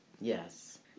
Yes